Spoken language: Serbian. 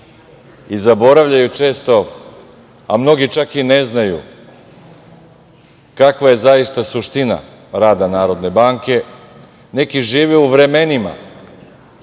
Zaboravljaju često, a mnogi čak i ne znaju kakva je zaista suština rada NBS, neki žive u vremenima